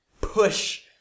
push